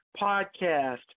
Podcast